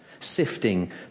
sifting